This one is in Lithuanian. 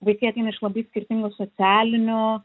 vaikai ateina iš labai skirtingų socialinių